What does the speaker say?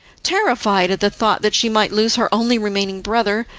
terrified at the thought that she might lose her only remaining brother,